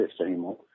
anymore